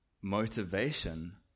motivation